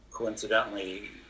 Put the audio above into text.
Coincidentally